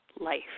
life